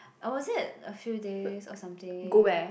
or was it a few days or something